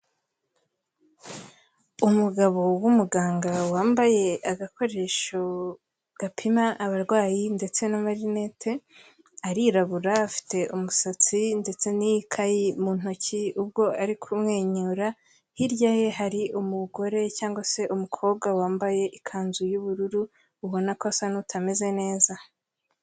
Umugabo w'umuganga wambaye agakoresho gapima abarwayi ndetse n'amarinet, arirabura afite umusatsi ndetse n'ikayi mu ntoki ubwo ari kumwenyura, hirya ye hari umugore cyangwa se umukobwa wambaye ikanzu y'ubururu ubona ko asa n'utameze neza.